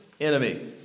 enemy